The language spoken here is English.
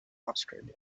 australia